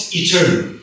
eternal